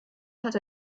hat